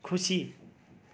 खुसी